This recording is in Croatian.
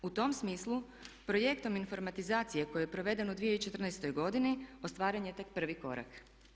U tom smislu projektom informatizacije koji je proveden u 2014. ostvaren je tek prvi korak.